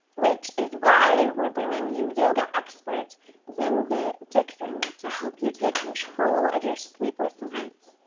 which is why we're bringing you yoga expert lindsay dixon to help you take control of your sleepless and nights.